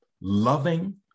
loving